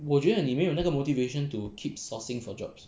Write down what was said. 我觉得你没有那个 motivation to keep sourcing for jobs